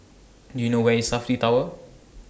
Do YOU know Where IS Safti Tower